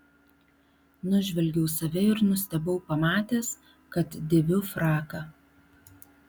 nužvelgiau save ir nustebau pamatęs kad dėviu fraką